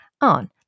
on